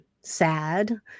sad